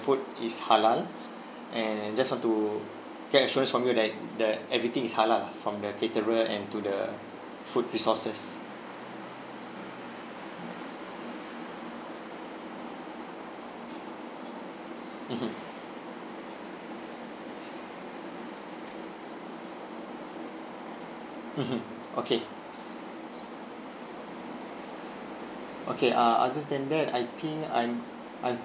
food is halal and just want to get assurance from you that the everything is halal from the caterer and to the food resources mmhmm mmhmm okay okay uh other than that I think I'm I'm